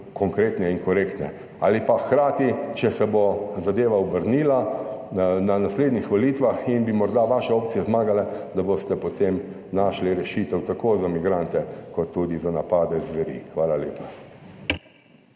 konkretne in korektne. Ali pa hkrati, če se bo zadeva obrnila na naslednjih volitvah in bi morda vaše opcije zmagala, da boste potem našli rešitev tako za migrante kot tudi za napade zveri. Hvala lepa.